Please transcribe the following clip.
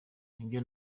nibyo